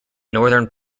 northern